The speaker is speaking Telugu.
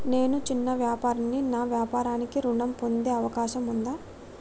నేను చిన్న వ్యాపారిని నా వ్యాపారానికి ఋణం పొందే అవకాశం ఉందా?